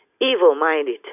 evil-minded